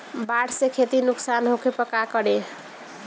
बाढ़ से खेती नुकसान होखे पर का करे?